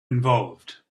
involved